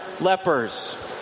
lepers